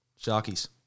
Sharkies